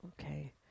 Okay